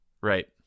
Right